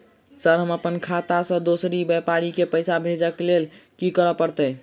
Sir हम अप्पन खाता सऽ दोसर व्यापारी केँ पैसा भेजक लेल की करऽ पड़तै?